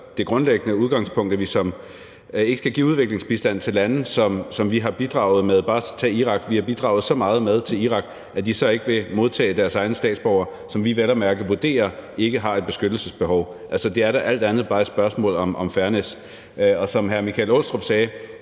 det grundlæggende udgangspunkt, altså at vi ikke skal give udviklingsbistand til lande, som vi har bidraget til – bare tag Irak; vi har bidraget så meget til Irak, men de vil så ikke modtage deres egne statsborgere, som vi vel at mærke vurderer ikke har et beskyttelsesbehov. Det er da alt andet lige bare et spørgsmål om fairness. Og som hr. Michael Aastrup Jensen